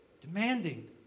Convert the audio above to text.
demanding